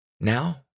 Now